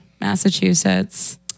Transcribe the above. Massachusetts